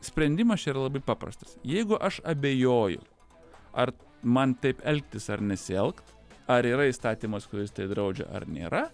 sprendimas čia yra labai paprastas jeigu aš abejoju man taip elgtis ar nesielgt ar yra įstatymas kuris tai draudžia ar nėra